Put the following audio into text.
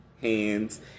hands